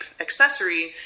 accessory